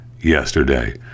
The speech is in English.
yesterday